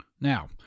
Now